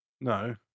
No